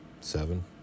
seven